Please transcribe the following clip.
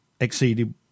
exceeded